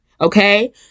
okay